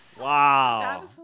Wow